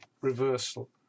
reversal